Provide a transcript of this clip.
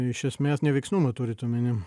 iš esmės neveiksnumą turit omeny